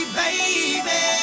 baby